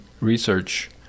research